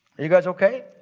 you guys, okay?